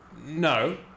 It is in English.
No